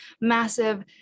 massive